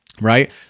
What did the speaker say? right